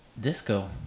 disco